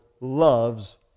loves